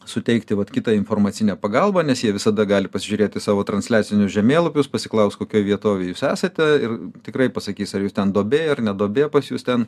suteikti vat kitą informacinę pagalbą nes jie visada gali pasižiūrėti savo transliacinius žemėlapius pasiklaust kokioj vietovėj jūs esate ir tikrai pasakys ar jūs ten duobėj ar ne duobė pas jus ten